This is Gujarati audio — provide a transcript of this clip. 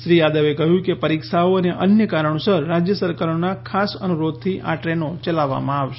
શ્રી યાદવે કહ્યું કે પરીક્ષાઓ અને અન્ય કારણોસર રાજ્ય સરકારોના ખાસ અનુરોધથી આ ટ્રેનો ચલાવવામાં આવશે